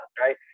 right